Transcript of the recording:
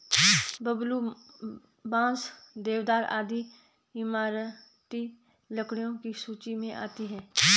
बबूल, बांस, देवदार आदि इमारती लकड़ियों की सूची मे आती है